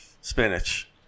Spinach